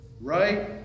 right